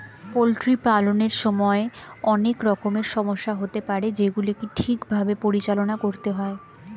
poultry পালনের সময় অনেক রকমের সমস্যা হতে পারে যেগুলিকে ঠিক ভাবে পরিচালনা করতে হয়